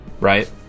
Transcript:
right